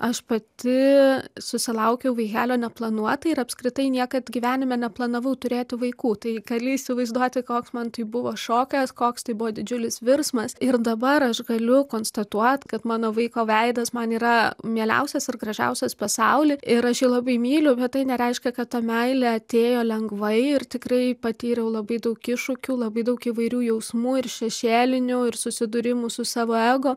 aš pati susilaukiau vaikelio neplanuotai ir apskritai niekad gyvenime neplanavau turėti vaikų tai gali įsivaizduoti koks man tai buvo šokas koks tai buvo didžiulis virsmas ir dabar aš galiu konstatuot kad mano vaiko veidas man yra mieliausias ir gražiausias pasauly ir aš jį labai myliu bet tai nereiškia kad ta meilė atėjo lengvai ir tikrai patyriau labai daug iššūkių labai daug įvairių jausmų ir šešėlinių ir susidūrimų su savo ego